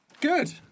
Good